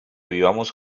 vivamos